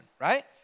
right